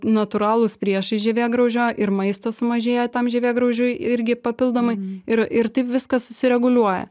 natūralūs priešai žievėgraužio ir maisto sumažėja tam žievėgraužiui irgi papildomai ir ir taip viskas susireguliuoja